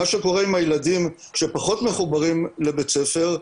מה שקורה עם הילדים שפחות מחוברים לבית הספר,